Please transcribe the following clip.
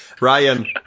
Ryan